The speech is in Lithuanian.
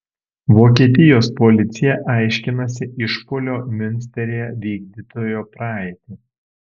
vokietijos policija aiškinasi išpuolio miunsteryje vykdytojo praeitį